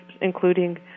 including